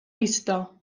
vista